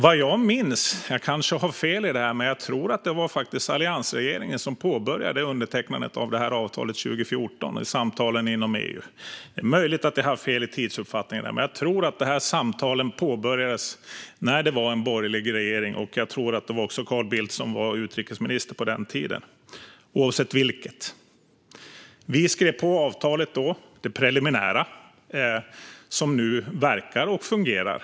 Vad jag minns - jag kanske har fel, men jag tror att det var så - var det faktiskt alliansregeringen som påbörjade undertecknandet av avtalet 2014 vid samtalen inom EU. Det är möjligt att jag har fel i min tidsuppfattning, men jag tror att samtalen påbörjades när det var en borgerlig regering och att det var Carl Bildt som var utrikesminister på den tiden. Oavsett vilket skrev vi på det preliminära avtal som nu verkar och fungerar.